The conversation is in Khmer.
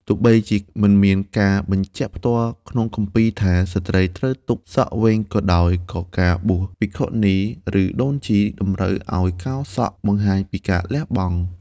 ទោះបីជាមិនមានការបញ្ជាក់ផ្ទាល់ក្នុងគម្ពីរថា ស្ត្រីត្រូវទុកសក់វែងក៏ដោយ ក៏ការបួសជាភិក្ខុនីឬដូនជីតម្រូវឲ្យកោរសក់បង្ហាញពីការលះបង់។